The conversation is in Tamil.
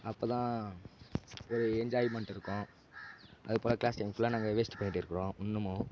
அப்போ தான் ஒரு என்ஜாய்மெண்டு இருக்கும் அது போல் க்ளாஸ் டைம் ஃபுல்லாக நாங்கள் வேஸ்டு பண்ணிகிட்டு இருக்கிறோம் இன்னமும்